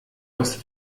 aus